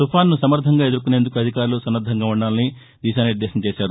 తుపానును సమర్దంగా ఎదుర్కొనేందుకు అధికారులు సన్నద్దంగా ఉండాలని దిశానిద్దేశం చేశారు